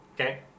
okay